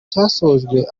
cyasojwe